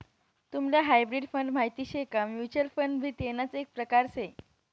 तुम्हले hybrid fund माहित शे का? म्युच्युअल फंड भी तेणाच एक प्रकार से